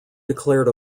declared